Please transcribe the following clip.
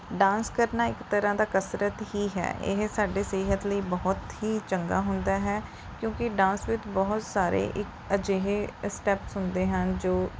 dance ਕਰਨਾ ਇੱਕ ਤਰ੍ਹਾਂ ਦਾ ਕਸਰਤ ਹੀ ਹੈ ਇਹ ਸਾਡੇ ਸਿਹਤ ਲਈ ਬਹੁਤ ਹੀ ਚੰਗਾ ਹੁੰਦਾ ਹੈ ਕਿਉਂਕਿ ਡਾਂਸ ਵਿੱਚ ਬਹੁਤ ਸਾਰੇ ਇੱਕ ਅਜਿਹੇ ਸਟੈਪਸ ਹੁੰਦੇ ਹਨ ਜੋ